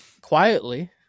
quietly